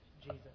Jesus